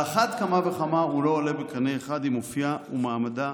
על אחת כמה וכמה הוא לא עולה בקנה אחד עם אופייה ומעמדה